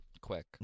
quick